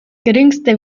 geringste